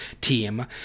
team